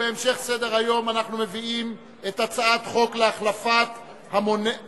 בהמשך סדר-היום אנחנו מביאים את הצעת חוק להחלפת המונח